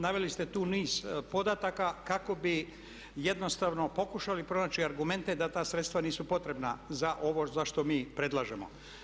Naveli ste tu niz podataka kako bi jednostavno pokušali pronaći argumente da ta sredstva nisu potrebna za ovo za što mi predlažemo.